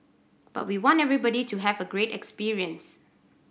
but we want everybody to have a great experience